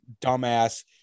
dumbass